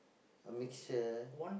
I make sure